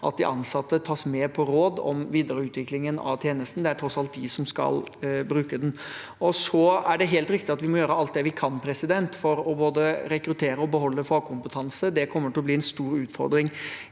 at de ansatte tas med på råd om videreutviklingen av tjenesten. Det er tross alt de som skal bruke den. Det er helt riktig at vi må gjøre alt vi kan for å både rekruttere og beholde fagkompetanse. Det kommer til å bli en stor utfordring